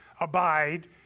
abide